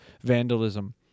vandalism